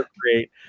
great